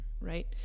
right